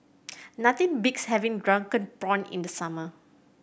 nothing beats having Drunken Prawns in the summer